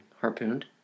harpooned